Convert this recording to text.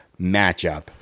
matchup